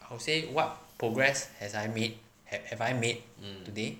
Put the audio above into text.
I would say what progress has I made hav~ have I made today